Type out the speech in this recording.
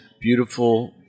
beautiful